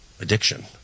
addiction